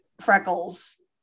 freckles